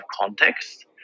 context